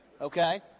Okay